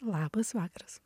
labas vakaras